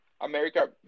America